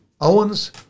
Owens